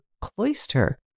cloister